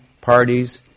parties